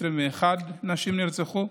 21 נשים נרצחו,